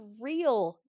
real